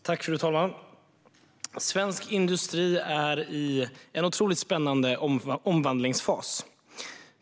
Fru talman! Svensk industri är i en otroligt spännande omvandlingsfas.